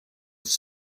was